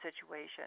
situation